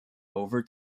over